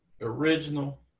original